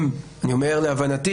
אני אומר להבנתי